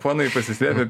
ponai pasislėpę